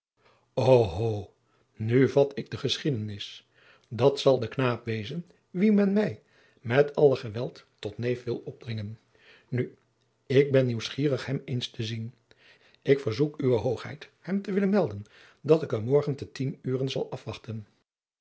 oho nu vat ik de geschiedenis dat zal de knaap wezen wien men mij met alle geweld tot neef wil opdringen nu ik ben nieuwsgierig hem eens te zien ik verzoek uwe h hem te willen melden dat ik hem morgen te tien ure zal afwachten